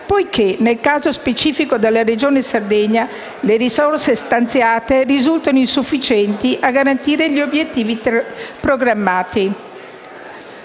poiché, nel caso specifico della Regione Sardegna, le risorse stanziate risultano insufficienti a garantire gli obiettivi programmati.